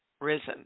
risen